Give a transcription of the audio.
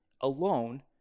alone